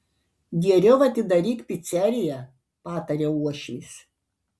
geriau atidaryk piceriją pataria uošvis